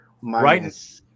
minus